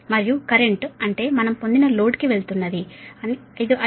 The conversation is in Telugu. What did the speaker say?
మరియు కరెంటు అంటే మనం పొందిన లోడ్ కి వెళుతున్నది 551